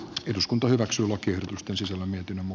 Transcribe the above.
eduskunta hyväksyy lakiehdotustensa silmitön emu